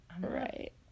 Right